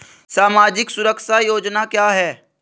सामाजिक सुरक्षा योजना क्या है?